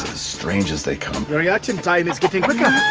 strange as they come. your reaction time is getting quicker.